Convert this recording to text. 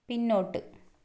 പിന്നോട്ട്